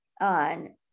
on